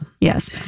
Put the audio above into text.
Yes